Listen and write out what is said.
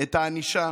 את הענישה